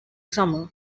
summer